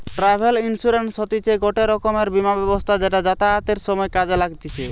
travel insurance হতিছে গটে রকমের বীমা ব্যবস্থা যেটা যাতায়াতের সময় কাজে লাগতিছে